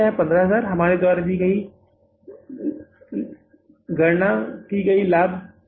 15000 हमारे द्वारा गणना की गई लाभ क्या है